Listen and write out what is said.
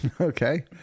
Okay